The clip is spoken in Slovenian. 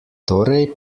torej